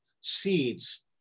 seeds